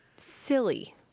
Silly